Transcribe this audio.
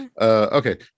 Okay